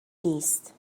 نیست